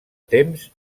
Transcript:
temps